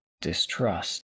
distrust